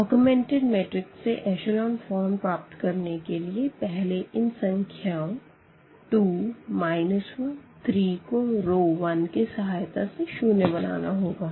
augmented matrix से echelon form प्राप्त करने के लिए पहले इन संख्याओं 2 1 3 को रो 1 की सहायता से शून्य बनाना होगा